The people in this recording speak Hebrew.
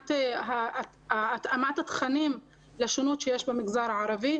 מבחינת התאמת התכנים לשונות שיש במגזר הערבי,